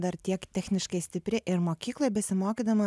dar tiek techniškai stipri ir mokykloj besimokydama